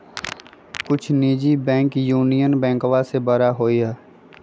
कुछ निजी bank union बैंकवा से बड़ा हई